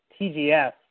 TGS